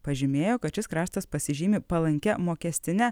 pažymėjo kad šis kraštas pasižymi palankia mokestine